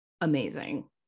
amazing